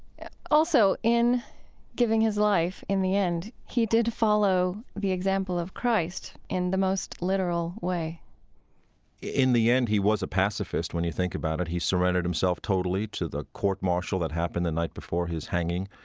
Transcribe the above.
also, in giving his life, in the end, he did follow the example of christ in the most literal way in the end, he was a pacifist, when you think about it. he surrendered himself totally to the court-martial that happened the night before his hanging.